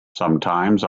sometimes